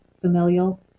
familial